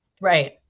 right